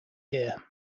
here